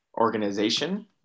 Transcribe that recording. organization